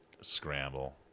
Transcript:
scramble